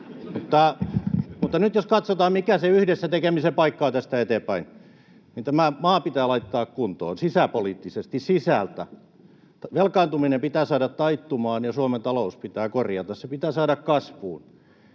Nyt jos katsotaan, mikä se yhdessä tekemisen paikka on tästä eteenpäin, niin tämä maa pitää laittaa kuntoon sisäpoliittisesti, sisältä. Velkaantuminen pitää saada taittumaan, ja Suomen talous pitää korjata. Se pitää saada kasvuun.